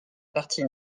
partie